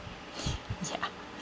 ya